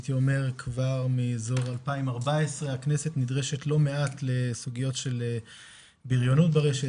הייתי אומר כבר מאזור 2014 הכנסת נדרשת לא מעט לסוגיות של בריונות ברשת,